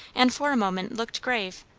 and for a moment looked grave.